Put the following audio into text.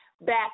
back